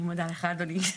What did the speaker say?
אני מודה לך, אדוני.